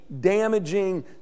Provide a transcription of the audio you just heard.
damaging